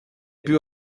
più